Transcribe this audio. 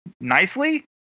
nicely